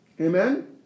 amen